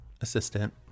assistant